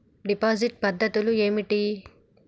Deposit పద్ధతులు ఏమిటి?